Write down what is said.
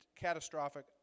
catastrophic